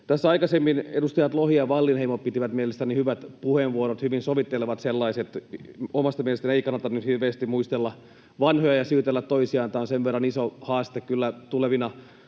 Tässä aikaisemmin edustajat Lohi ja Wallinheimo pitivät mielestäni hyvät puheenvuorot, hyvin sovittelevat sellaiset. Omasta mielestäni ei kannata nyt hirveästi muistella vanhoja ja syytellä toisia. Tämä on sen verran iso haaste kyllä